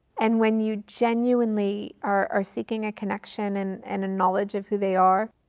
and when you genuinely are seeking a connection and and a knowledge of who they are,